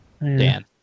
Dan